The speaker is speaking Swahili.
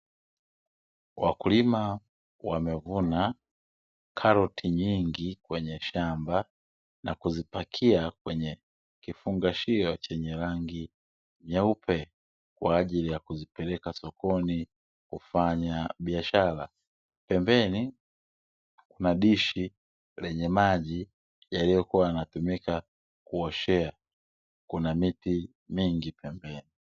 Wakulima wamevuna karoti nyingi kwenye shamba, na kuzipakia kwenye kifungashio chenye rangi nyeupe, kwa ajili ya kuzipeleka sokoni kufanya biashara. Pembeni, kuna dishi lenye maji, yaliyokuwa yanatumika kuoshea kuna miti mingi pembeni.